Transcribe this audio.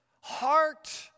heart